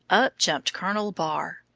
up jumped colonel barre.